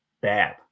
bad